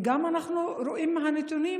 וגם אנחנו רואים את הנתונים